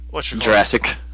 Jurassic